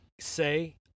say